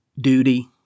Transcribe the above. duty